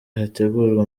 hategurwa